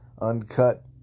uncut